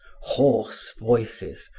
hoarse voices,